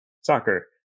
soccer